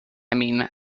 mean